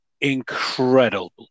incredible